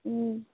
ও